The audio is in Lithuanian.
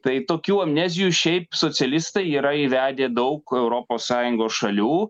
tai tokių amnezijų šiaip socialistai yra įvedę daug europos sąjungos šalių